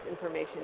information